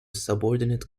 subordinate